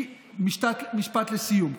משפט לסיום,